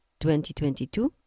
2022